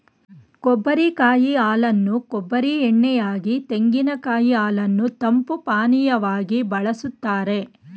ಕೊಬ್ಬರಿ ಕಾಯಿ ಹಾಲನ್ನು ಕೊಬ್ಬರಿ ಎಣ್ಣೆ ಯಾಗಿ, ತೆಂಗಿನಕಾಯಿ ಹಾಲನ್ನು ತಂಪು ಪಾನೀಯವಾಗಿ ಬಳ್ಸತ್ತರೆ